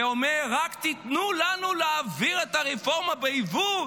ואומר: רק תיתנו לנו להעביר את הרפורמה ביבוא,